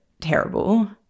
terrible